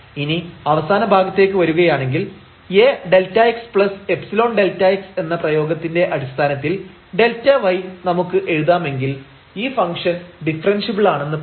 ഇനി അവസാന ഭാഗത്തേക്ക് വരുകയാണെങ്കിൽ A Δxϵ Δx എന്ന പ്രയോഗത്തിന്റെ അടിസ്ഥാനത്തിൽ Δy നമുക്ക് എഴുതാമെങ്കിൽ ഈ ഫംഗ്ഷൻ ഡിഫറെൻഷ്യബിൾ ആണെന്ന് പറയാം